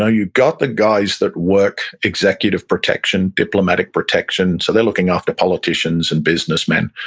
ah you've got the guys that work executive protection, diplomatic protection, so they're looking after politicians and businessmen.